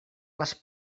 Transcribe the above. les